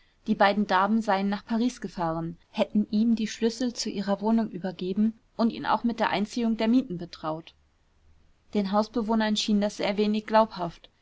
die beiden damen seien nach paris gefahren hätten ihm die schlüssel ihrer wohnung übergeben und ihn auch mit der einziehung der mieten betraut den hausbewohnern schien das sehr wenig glaubhaft